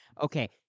Okay